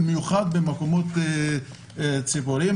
במיוחד במקומות ציבוריים,